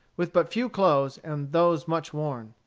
with but few clothes, and those much worn.